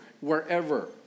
wherever